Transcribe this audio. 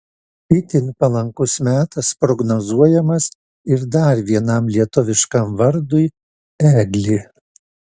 itin palankus metas prognozuojamas ir dar vienam lietuviškam vardui eglė